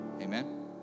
amen